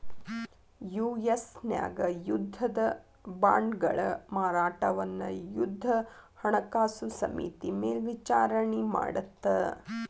US ನ್ಯಾಗ ಯುದ್ಧದ ಬಾಂಡ್ಗಳ ಮಾರಾಟವನ್ನ ಯುದ್ಧ ಹಣಕಾಸು ಸಮಿತಿ ಮೇಲ್ವಿಚಾರಣಿ ಮಾಡತ್ತ